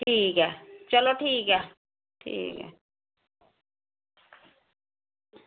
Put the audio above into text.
ठीक ऐ चलो ठीक ऐ ठीक ऐ